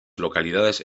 localidades